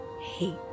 hate